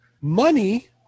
money